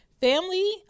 Family